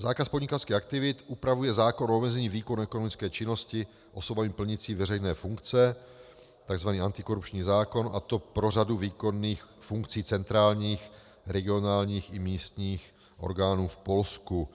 Zákaz podnikatelských aktivit upravuje zákon o omezení výkonu ekonomické činnosti osobami plnící veřejné funkce, tzv. antikorupční zákon, a to pro řadu výkonných funkcí centrálních regionálních i místních orgánů v Polsku.